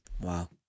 Wow